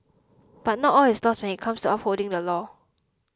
but not all is lost when it comes upholding the law